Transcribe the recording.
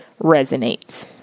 resonates